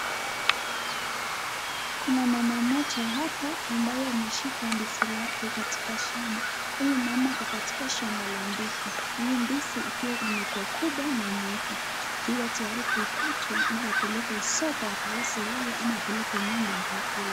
Kuna mama mmoja hapa ambaye ameshika ndizi lake katika shamba, huyu mama ako katika shamba la ndizi. Hii ndizi ikiwa imekuwa kubwa na imeiva, ikiwa tayari kukatwa ili apeleke soko akauze ama apeleke nyumba akakule.